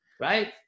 right